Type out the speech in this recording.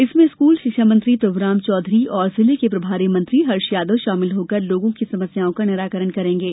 इसमें स्कूल शिक्षा मंत्री डॉ प्रभुराम चौधरी और जिले के प्रभारी मंत्रह हर्ष यादव शामिल होकर लोगों की समस्याओं का निराकरण करेंगे